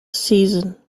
season